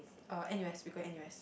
uh N_U_S we go N_U_S